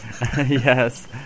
Yes